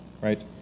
right